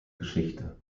geschichte